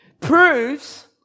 proves